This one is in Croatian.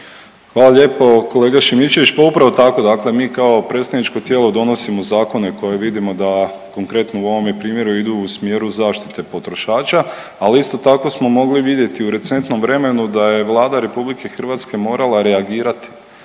Hvala lijepo kolega Šimičević. Pa upravo tako, dakle mi kao predstavničko tijelo donosimo zakone koje vidimo da konkretno u ovome primjeru idu u smjeru zaštite potrošača. Ali isto tako smo mogli vidjeti u recentnom vremenu da je Vlada Republike Hrvatske morala reagirati.